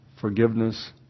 forgiveness